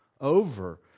over